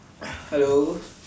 hello